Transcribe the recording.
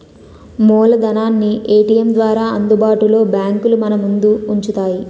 మూలధనాన్ని ఏటీఎం ద్వారా అందుబాటులో బ్యాంకులు మనముందు ఉంచుతాయి